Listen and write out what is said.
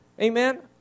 Amen